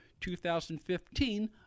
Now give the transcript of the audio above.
2015